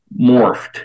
morphed